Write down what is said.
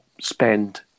spend